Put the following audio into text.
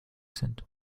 sind